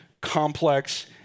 complex